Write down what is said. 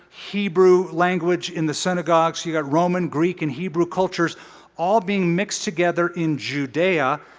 hebrew language in the synagogues. you got roman, greek, and hebrew cultures all being mixed together in judea.